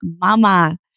mama